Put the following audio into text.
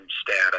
status